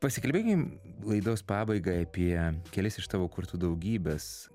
pasikalbėkim laidos pabaigai apie kelis iš tavo kurtų daugybės